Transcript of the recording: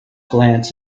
glance